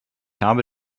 habe